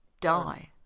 die